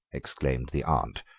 exclaimed the aunt,